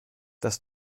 das